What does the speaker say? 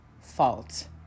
fault